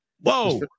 Whoa